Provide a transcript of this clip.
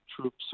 troops